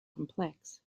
complex